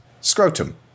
Scrotum